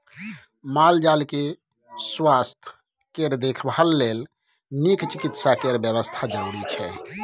माल जाल केँ सुआस्थ केर देखभाल लेल नीक चिकित्सा केर बेबस्था जरुरी छै